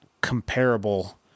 comparable